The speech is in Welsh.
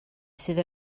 sydd